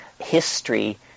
History